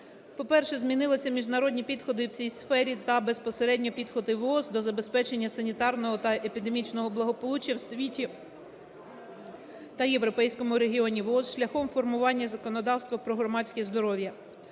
По-перше, змінилися міжнародні підходи в цій сфері та безпосередньо підходи ВООЗ до забезпечення санітарного та епідемічного благополуччя в світі та Європейському регіоні ВООЗ шляхом формування законодавства про громадське здоров'я,